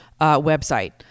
website